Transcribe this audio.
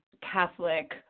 Catholic